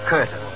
Curtain